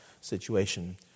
situation